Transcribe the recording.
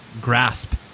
grasp